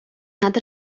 nad